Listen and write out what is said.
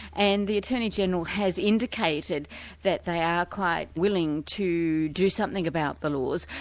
and the attorney-general has indicated that they are quite willing to do something about the laws,